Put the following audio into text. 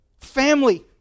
family